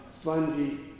spongy